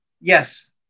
Yes